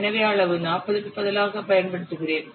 எனவே அளவு 40 க்கு பதிலாக பயன்படுத்துகிறேன்